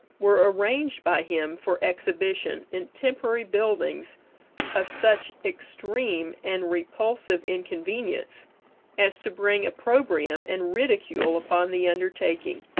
were arranged by him for exhibition in temporary buildings of such extreme and repulsive inconvenience as to bring opprobrium and ridicule upon the undertaking.